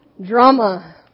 drama